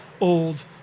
old